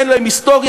אין להם היסטוריה,